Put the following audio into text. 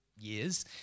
years